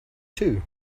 too